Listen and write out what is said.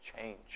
change